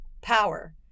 Power